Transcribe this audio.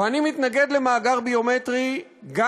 ואני מתנגד למאגר ביומטרי גם